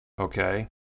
okay